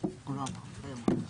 שישה בעד.